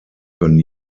können